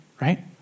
right